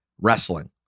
wrestling